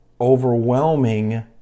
overwhelming